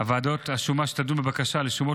הרכב ועדת השומות שתדון בבקשות לשומות